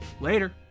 Later